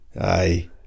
Aye